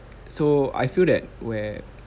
so I feel that where